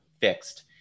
fixed